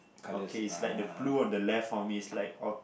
okay is like the blue on the left for me is like all